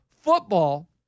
football